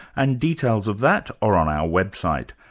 and details of that are on our website.